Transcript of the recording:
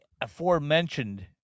aforementioned